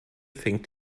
fängt